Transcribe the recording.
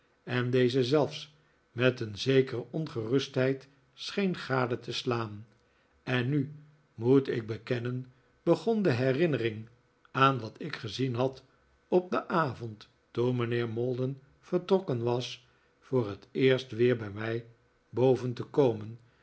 en deze zelfs met een zekere ongerustheid scheen gade te slaan en nu moet ik bekennen begon de herinnering aan wat ik gezien had op den avond toen mijnheer maldon vertrokken was voor het eerst weer bij mij boven te komen